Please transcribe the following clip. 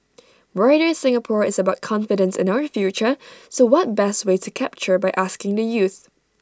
brighter Singapore is about confidence in our future so what best way to capture by asking the youth